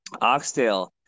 Oxtail